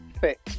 fit